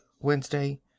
wednesday